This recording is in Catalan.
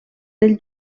del